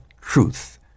truth